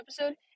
episode